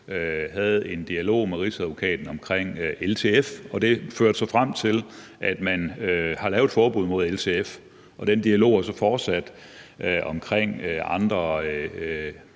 havde en dialog med Rigsadvokaten om LTF. Det førte frem til, at man lavede et forbud mod LTF, og den dialog er så fortsat i